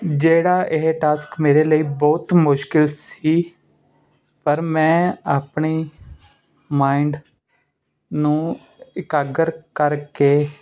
ਜਿਹੜਾ ਇਹ ਟਾਸਕ ਮੇਰੇ ਲਈ ਬਹੁਤ ਮੁਸ਼ਕਿਲ ਸੀ ਪਰ ਮੈਂ ਆਪਣੇ ਮਾਇੰਡ ਨੂੰ ਇਕਾਗਰ ਕਰਕੇ